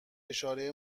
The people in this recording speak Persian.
اشاره